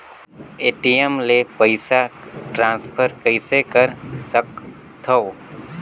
ATM ले पईसा transfer कइसे कर सकथव?